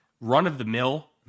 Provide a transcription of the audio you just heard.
run-of-the-mill